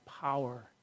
power